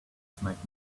snagged